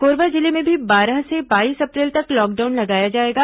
कोरबा जिले में भी बारह से बाईस अप्रैल तक लॉकडाउन लगाया जाएगा